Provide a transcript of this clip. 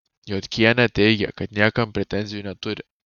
jodkienė teigė kad niekam pretenzijų neturi